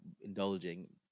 indulging